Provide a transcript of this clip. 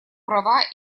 права